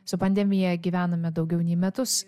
su pandemija gyvename daugiau nei metus